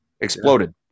exploded